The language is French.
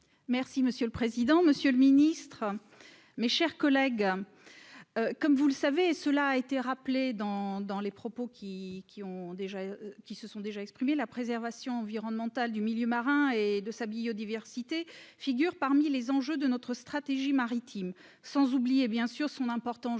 Merci monsieur le président, Monsieur le Ministre, mes chers collègues, comme vous le savez, cela a été rappelé dans dans les propos qui qui ont déjà qui se sont déjà exprimés la préservation environnementale du milieu marin et de sa biodiversité figurent parmi les enjeux de notre stratégie maritime, sans oublier bien sûr son importance géopolitique,